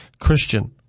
Christian